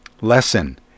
lesson